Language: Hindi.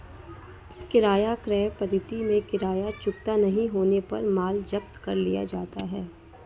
किराया क्रय पद्धति में किराया चुकता नहीं होने पर माल जब्त कर लिया जाता है